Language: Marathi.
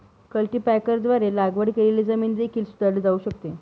कल्टीपॅकरद्वारे लागवड केलेली जमीन देखील सुधारली जाऊ शकते